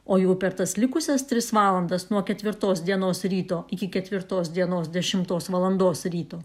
o jau per tas likusias tris valandas nuo ketvirtos dienos ryto iki ketvirtos dienos dešimtos valandos ryto